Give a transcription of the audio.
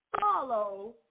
Follow